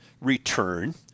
return